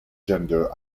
gender